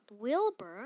Wilbur